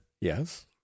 Yes